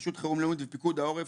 רשות חירום לאומית ופיקוד העורף.